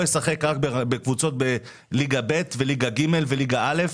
ישחק רק בקבוצות בליגה ב' וליגה ג' וליגה א',